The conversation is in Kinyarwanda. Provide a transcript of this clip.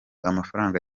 amafaranga